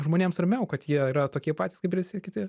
žmonėms ramiau kad jie yra tokie patys kaip ir visi kiti